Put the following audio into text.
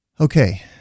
Okay